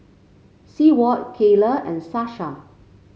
Seward Kaela and Sasha